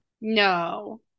No